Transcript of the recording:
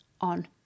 on